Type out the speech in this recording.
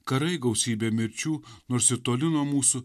karai gausybė mirčių nors ir toli nuo mūsų